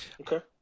Okay